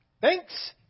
thanks